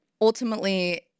ultimately